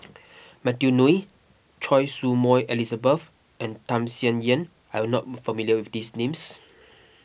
Matthew Ngui Choy Su Moi Elizabeth and Tham Sien Yen are you not familiar with these names